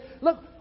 look